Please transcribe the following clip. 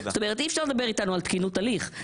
זאת אומרת אי אפשר לדבר איתנו על תקינות הליך,